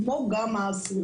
כמו גם האסירים.